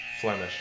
Flemish